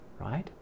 right